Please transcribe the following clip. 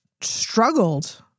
struggled